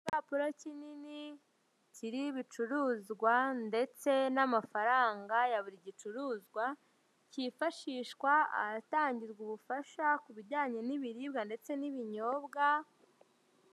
Igipapuro kinini kiriho ibicuruzwa ndetse n'amafaranga ya buri gicuruzwa, kifashishwa ahatangirwa ubufasha ku bijyanye n'ibiribwa ndetse n'ibinyobwa.